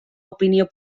opinió